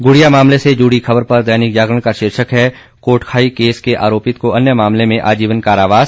गुड़िया मामले से जुड़ी खबर पर दैनिक जागरण का शीर्षक है कोटखाई केस के आरोपित को अन्य मामले में आजीवन कारावास